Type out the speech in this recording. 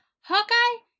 Hawkeye